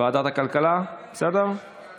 לוועדת הכלכלה נתקבלה.